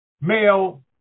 male